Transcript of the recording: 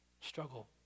struggle